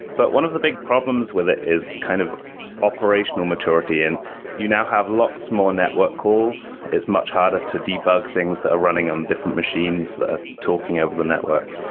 but one of the big problems with it is kind of operational maturity, and you now have lots more network calls. it's much harder to debug things that are running on different machines talking over the network.